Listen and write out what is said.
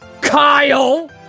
Kyle